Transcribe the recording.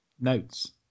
notes